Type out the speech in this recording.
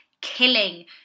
killing